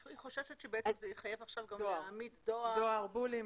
היא חוששת שעכשיו זה יחייב גם להעמיד דואר, טלפון.